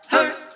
Hurt